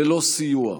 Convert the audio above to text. ללא סיוע,